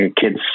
kids